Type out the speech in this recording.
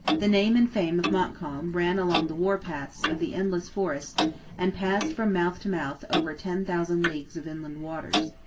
the name and fame of montcalm ran along the war-paths of the endless forest and passed from mouth to mouth over ten thousand leagues of inland waters.